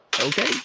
Okay